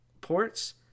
ports